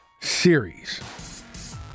series